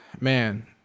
man